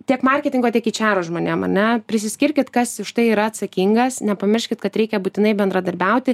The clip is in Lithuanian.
tiek marketingo tiek eičaro žmonėm ane priskirkit kas už tai yra atsakingas nepamirškit kad reikia būtinai bendradarbiauti